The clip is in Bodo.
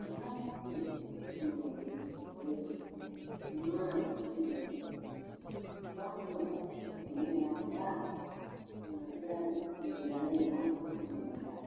माबोरै फोथांनांगौ आं बे गथ'फोरखौ इमान बिमाबायदि इमान बिमाफ्राथ' खस्थ'खौनो मोनखै दा आंहासो दा बिबैयानो इमान खस्थ' मोनबाय दा